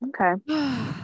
Okay